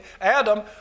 Adam